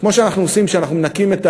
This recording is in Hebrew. כמו שאנחנו עושים כשאנחנו מנקים,